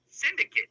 syndicate